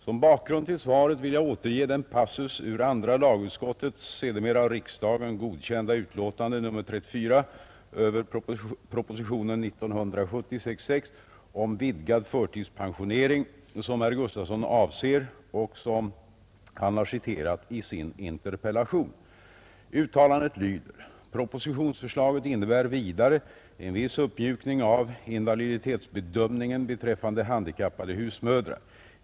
Som bakgrund till svaret vill jag återge den passus ur andra lagutskottets sedermera av riksdagen godkända utlåtande nr 34 över propositionen 66 år 1970 om vidgad förtidspensionering som herr Gustavsson avser och som han har citerat i sin interpellation. Uttalandet lyder: ”Propositionsförslaget innebär vidare en viss uppmjukning av invaliditetsbedömningen beträffande handikappade husmödrar.